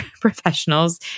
professionals